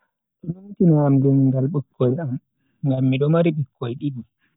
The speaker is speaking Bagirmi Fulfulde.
Do numtina am limngaal bikkoi am, ngammido mari bikkoi di-di.